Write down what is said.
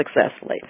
successfully